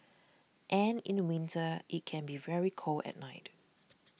and in winter it can be very cold at night